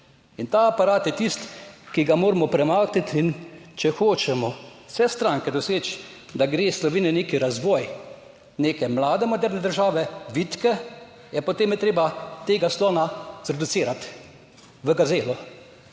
in ta aparat je tisti, ki ga moramo premakniti. In če hočemo vse stranke doseči, da gre Slovenija v nek razvoj neke mlade, moderne države, vitke, potem je treba tega slona zreducirati v gazelo